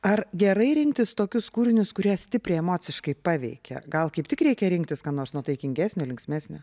ar gerai rinktis tokius kūrinius kurie stipriai emociškai paveikia gal kaip tik reikia rinktis ką nors nuotaikingesnio linksmesnio